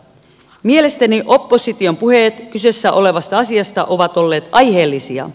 mielestäni opposition puheet kyseessä olevasta asiasta ovat olleet aiheellisia